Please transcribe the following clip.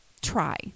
try